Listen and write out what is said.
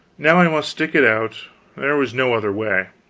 now i must stick it out there was no other way.